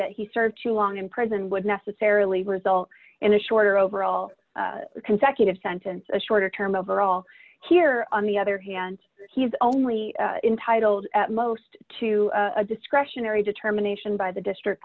that he served too long in prison would necessarily result in a shorter overall consecutive sentence as shorter term overall here or on the other hand he's only intitled at most to a discretionary determination by the district